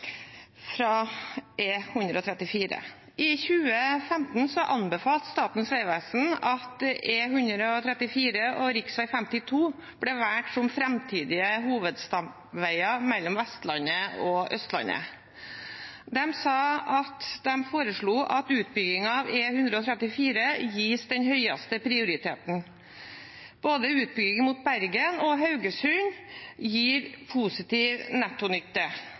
fra E134. I 2015 anbefalte Statens vegvesen at E134 og rv. 52 ble valgt som framtidige hovedstamveier mellom Vestlandet og Østlandet. De foreslo at utbyggingen av E134 skulle gis den høyeste prioritet. Utbyggingene mot både Bergen og Haugesund gir positiv